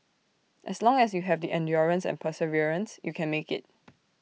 as long as you have the endurance and perseverance you can make IT